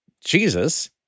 Jesus